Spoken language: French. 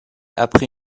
après